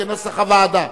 כנוסח הוועדה.